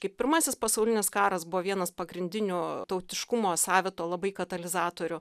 kaip pirmasis pasaulinis karas buvo vienas pagrindinių tautiškumo savito labai katalizatorių